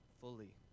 fully